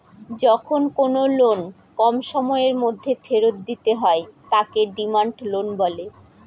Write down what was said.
যখন কোনো লোন কম সময়ের মধ্যে ফেরত দিতে হয় তাকে ডিমান্ড লোন বলে